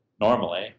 normally